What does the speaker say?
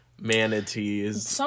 manatees